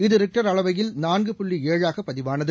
இது ரிக்டர் அளவையில் நான்கு புள்ளி ஏழாக பதிவானனது